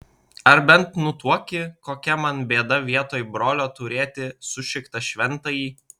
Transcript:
ar bent nutuoki kokia man bėda vietoj brolio turėti sušiktą šventąjį